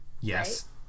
Yes